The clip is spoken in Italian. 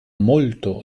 molto